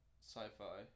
sci-fi